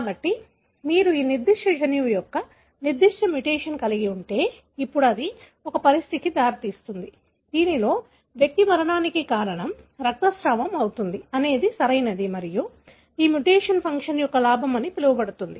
కాబట్టి మీరు ఈ నిర్దిష్ట జన్యువు యొక్క నిర్దిష్ట మ్యుటేషన్ కలిగి ఉంటే ఇప్పుడు అది ఒక పరిస్థితికి దారితీస్తుంది దీనిలో వ్యక్తి మరణానికి కారణం రక్తస్రావం అవుతుంది అనేది సరియైనది మరియు ఈ మ్యుటేషన్ ఫంక్షన్ యొక్క లాభం అని పిలవబడుతుంది